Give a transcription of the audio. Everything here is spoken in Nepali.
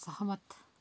सहमत